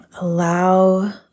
Allow